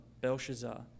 Belshazzar